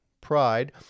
pride